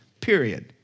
period